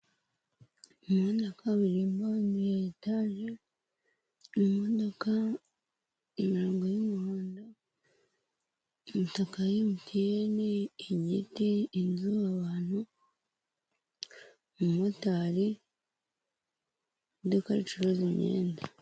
Umuhanda wa kabirimbo urimo etaje, imodoka, imirongo y'umuhondo, imitaka ya MTN, ibiti, inzu, abantu, umumotari, iduka ricuruza imyenda.